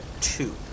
two